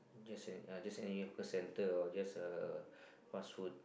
just and just and in hawker center just a fast food